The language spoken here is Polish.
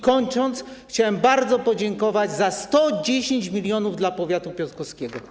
Kończąc, chciałbym bardzo podziękować za 110 mln dla powiatu piotrkowskiego.